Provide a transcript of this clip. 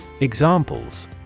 Examples